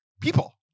people